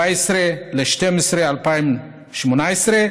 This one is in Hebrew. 17 בדצמבר 2018,